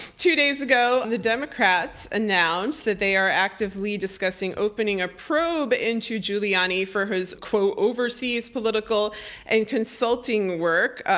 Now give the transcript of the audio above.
two days ago the democrats announced that they are actively discussing opening a probe into giuliani for his, quote, overseas political and consulting work.